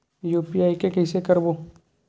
UPI के कइसे करबो?